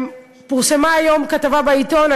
פורסמה היום כתבה בעיתון,